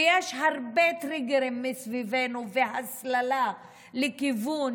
ויש הרבה טריגרים מסביבנו והסללה לכיוון